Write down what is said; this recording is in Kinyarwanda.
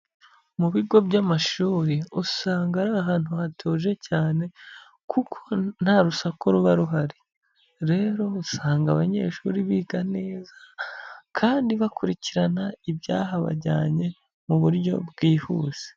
Mu bigo by'amashuri usanga ari ahantu hatuje cyane, kuko nta rusaku ruba ruhari, rero usanga abanyeshuri biga neza kandi bakurikirana ibyahabajyanye mu buryo bwihuse.